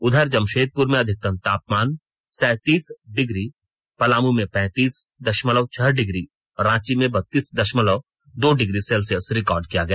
उधर जमशेदपुर में अधिकतम तापमान सैंतीस डिग्री पलामू में पैंतीस दशमलव छह डिग्री और रांची में बत्तीस दशमलव दो डिग्री सेल्सियस रिकॉर्ड किया गया